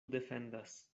defendas